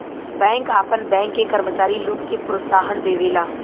bank आपन bank के कर्मचारी लोग के प्रोत्साहन देवेला